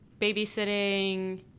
babysitting